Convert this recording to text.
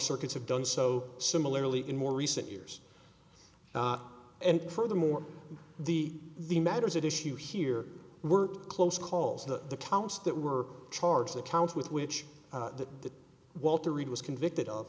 circuits have done so similarly in more recent years and furthermore the the matters that issue here were close calls that the counts that were charged the count with which the that walter reed was convicted of